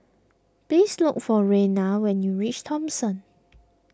please look for Reina when you reach Thomson